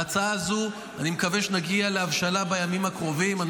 ההצעה הזו, אני מקווה שנגיע להבשלה בימים הקרובים.